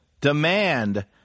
demand